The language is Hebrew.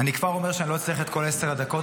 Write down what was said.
אני כבר אומר שאני לא אצטרך את כל עשר הדקות,